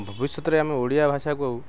ଭବିଷ୍ୟତରେ ଆମେ ଓଡ଼ିଆ ଭାଷାକୁ